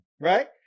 right